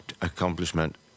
accomplishment